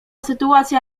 sytuacja